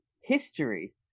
history